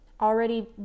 Already